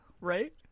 Right